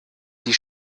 die